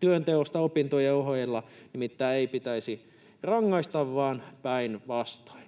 Työnteosta opintojen ohella nimittäin ei pitäisi rangaista, vaan päinvastoin.